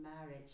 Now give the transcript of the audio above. marriage